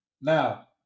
now